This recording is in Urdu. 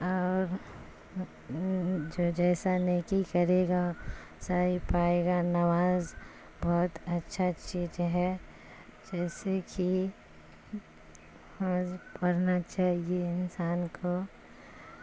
اور جو جیسا نہیں کی کرے گا صحیح پائے گا نماز بہت اچھا چیز ہے جیسے کہ پڑھنا چاہیے انسان کو